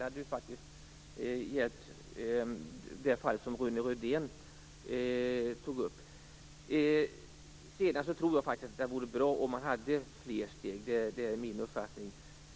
Det hade ju faktiskt hjälpt i det fall som Rune Rydén tog upp. Jag tror att det vore bra med fler steg. Det är min uppfattning.